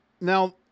Now